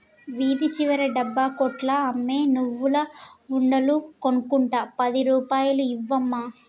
వీధి చివర డబ్బా కొట్లో అమ్మే నువ్వుల ఉండలు కొనుక్కుంట పది రూపాయలు ఇవ్వు అమ్మా